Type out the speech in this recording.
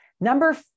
Number